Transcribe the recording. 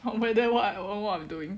uh wait then what what I'm doing